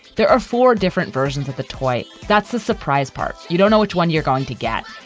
there are four different versions of the toy. that's the surprise part. you don't know which one you're going to get,